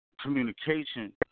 communication